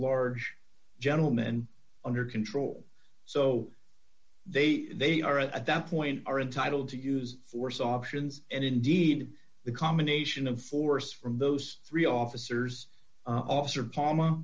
large gentleman under control so they they are at that point are entitled to use force options and indeed the combination of force from those three officers officer palm